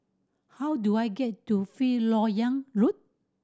how do I get to Fifth Lok Yang Road